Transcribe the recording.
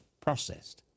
processed